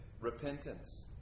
repentance